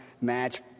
match